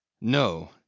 No